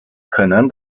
可能